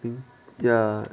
think ya